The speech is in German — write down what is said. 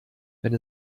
wenn